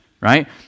Right